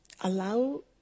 Allow